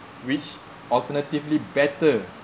which alternatively better